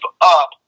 up